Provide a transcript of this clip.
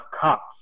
cops